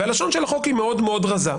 ולשון החוק היא מאוד מאוד רזה.